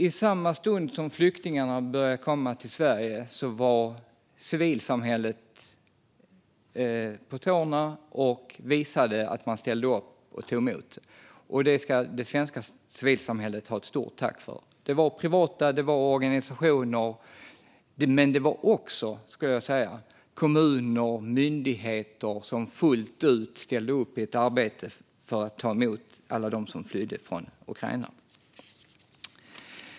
I samma stund som flyktingarna började att komma till Sverige var civilsamhället på tårna och visade att man ställde upp och tog emot. Det ska det svenska civilsamhället ha ett stort tack för. Det var privatpersoner och organisationer, och det var också kommuner och myndigheter som fullt ut ställde upp i ett arbete för att ta emot alla dem som flydde från Ukraina.